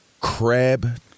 crab